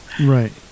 Right